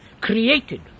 created